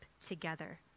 together